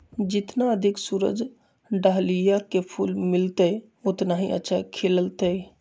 जितना अधिक सूरज डाहलिया के फूल मिलतय, उतना ही अच्छा खिलतय